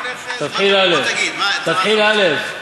תתחיל א'.